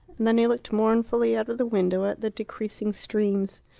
and then he looked mournfully out of the window at the decreasing streams.